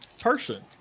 person